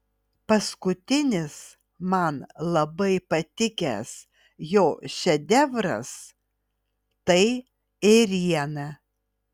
paskutinis man labai patikęs jo šedevras tai ėriena